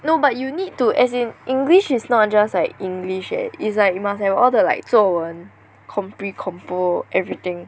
no but you need to as in English is not just like English eh is like you must have all the like 作文 compre compo everything